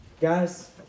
Guys